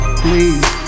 please